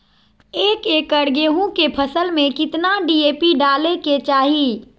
एक एकड़ गेहूं के फसल में कितना डी.ए.पी डाले के चाहि?